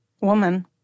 woman